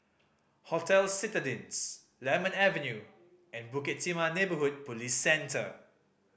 Hotel Citadines Lemon Avenue and Bukit Timah Neighbourhood Police Centre